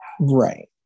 Right